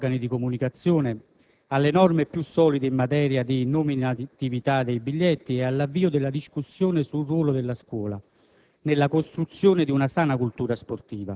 penso, oltre al tema della responsabilità degli organi di comunicazione, alle norme più solide in materia di nominatività dei biglietti, all'avvio della discussione sul ruolo della scuola